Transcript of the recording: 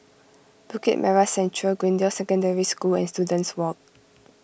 Bukit Merah Central Greendale Secondary School and Students Walk